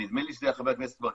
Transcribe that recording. ונדמה לי שזה היה חבר הכנסת ברקת,